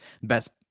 best